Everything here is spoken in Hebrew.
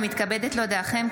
אני מתכבדת להודיעכם,